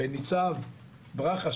בניצב ברכה,